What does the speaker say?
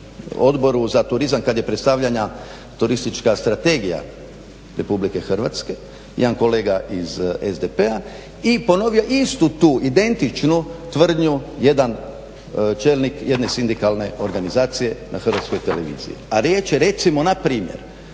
Odboru za turizam kad je predstavljana Turistička strategija Republike Hrvatske jedan kolega iz SDP-a i ponovio istu tu identičnu tvrdnju jedan čelnik jedne sindikalne organizacije na HRT-u, a riječ je recimo npr.